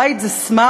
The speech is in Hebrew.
בית זה סמארטפון?